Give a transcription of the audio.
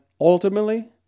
ultimately